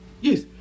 Yes